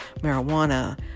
marijuana